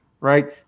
right